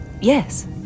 yes